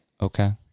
okay